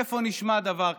איפה נשמע דבר כזה?